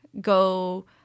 go